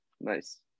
Nice